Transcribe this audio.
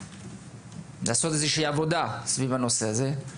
לעשות איזושהי עבודה סביב נושא זה,